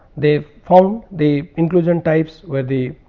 they found the inclusion types where the